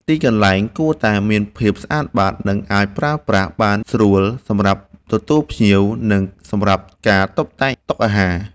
ទីកន្លែងគួរតែមានភាពស្អាតបាត និងអាចប្រើប្រាស់បានស្រួល សម្រាប់ទទួលភ្ញៀវ និងសម្រាប់ការតុបតែងតុអាហារ។